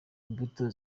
imbuto